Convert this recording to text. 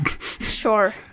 sure